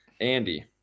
Andy